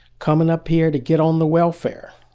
coming up here to get on the welfare.